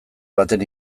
baten